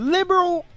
Liberal